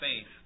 faith